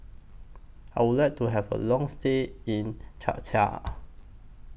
I Would like to Have A Long stay in Czechia